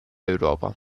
europa